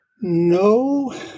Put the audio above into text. No